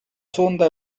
sonda